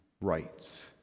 rights